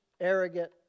arrogant